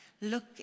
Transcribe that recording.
Look